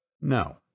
No